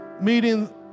meeting